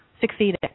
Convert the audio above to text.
succeeded